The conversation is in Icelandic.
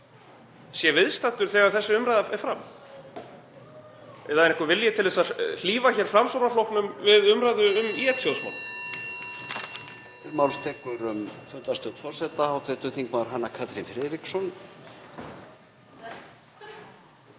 sé viðstaddur þegar þessi umræða fer fram eða er einhver vilji til þess að hlífa hér Framsóknarflokknum við umræðu um ÍL-sjóðsmálið?